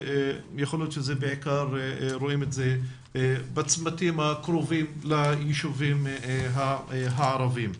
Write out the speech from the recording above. יכול להיות שבעיקר רואים את זה בצמתים הקרובים ליישובים הערביים.